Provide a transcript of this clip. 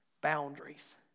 boundaries